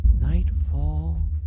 Nightfall